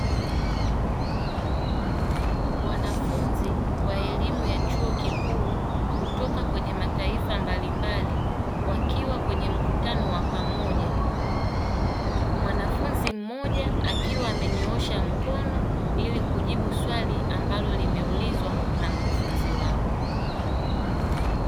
Wanafunzi wa elimu ya chuo kikuu kutoka kwenye mataifa mbalimbali wakiwa kwenye mkutano wa pamoja. Mwanafunzi mmoja akiwa amenyoosha mkono ili kujibu swali ambalo limeulizwa na mkufunzi wao.